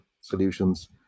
solutions